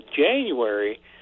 January